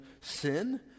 sin